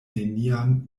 nenian